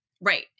Right